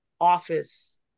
office